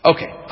Okay